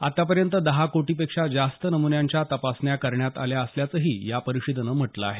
आतापर्यंत दहा कोटी पेक्षा जास्त नम्न्यांच्या तपासण्या करण्यात आल्या असल्याचंही या परिषदेनं म्हटलं आहे